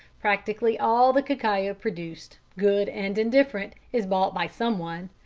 practically all the cacao produced good and indifferent is bought by someone.